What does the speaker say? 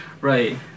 right